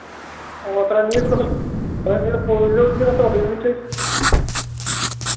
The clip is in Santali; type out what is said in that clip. ᱚ ᱛᱟᱞᱦᱮ ᱱᱤᱭᱟᱹ ᱠᱚᱫᱚ ᱯᱳᱭᱞᱳ ᱤᱭᱟᱹ ᱠᱚᱫᱚ ᱤᱭᱩᱱᱤᱴ ᱴᱮᱥᱴ